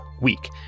week